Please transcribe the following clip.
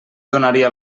donaria